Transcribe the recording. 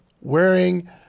wearing